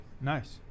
Nice